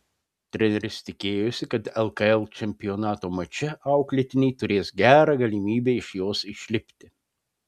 treneris tikėjosi kad lkl čempionato mače auklėtiniai turės gerą galimybę iš jos išlipti